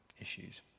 issues